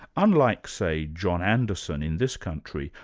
unlike, say, john anderson in this country,